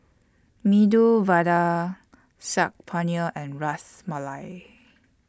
Medu Vada Saag Paneer and Ras Malai